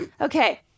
Okay